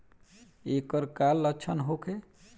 ऐकर का लक्षण होखे?